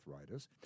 Arthritis